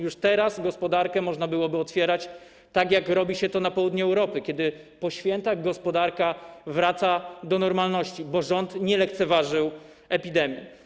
Już teraz gospodarkę można byłoby otwierać, tak jak robi się to na południu Europy, kiedy po świętach gospodarka wraca do normalności, bo rząd nie lekceważył epidemii.